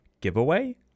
giveaway